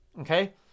Okay